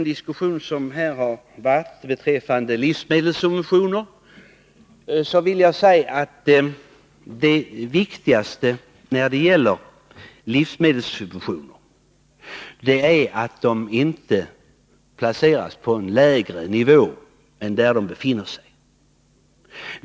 Det viktigaste när det gäller livsmedelssubventioner är att de inte placeras på en lägre nivå än de nu befinner sig.